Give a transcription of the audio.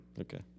Okay